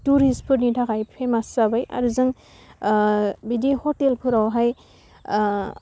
टुरिसफोरनि थाखाय फेमास जाबाय आरो जों बिदि हटेलफोरावहाय ओह